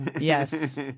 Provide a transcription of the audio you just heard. Yes